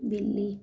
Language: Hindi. बिल्ली